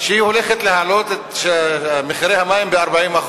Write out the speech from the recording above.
שהיא הולכת להעלות את מחירי המים ב-40%,